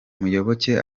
muyoboke